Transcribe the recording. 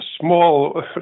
small